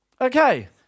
Okay